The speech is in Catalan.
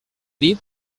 dit